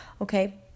Okay